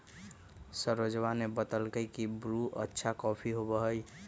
सरोजवा ने बतल कई की ब्रू अच्छा कॉफी होबा हई